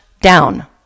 down